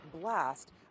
blast